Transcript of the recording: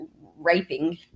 raping